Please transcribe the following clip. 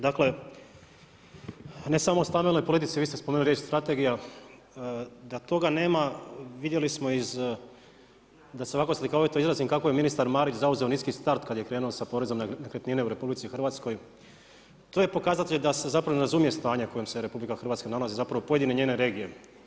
Dakle ne samo o stambenoj politici vi ste spomenuli riječ strategija, da toga nema vidjeli smo da se ovako slikovito izrazim kako je ministar Marić zauzeo niski start kada je krenuo sa porezom na nekretnine u RH, to je pokazatelj da se ne razumije stanje u kojem se RH nalazi, zapravo pojedine njene regije.